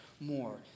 more